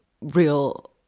real